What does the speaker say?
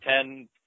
ten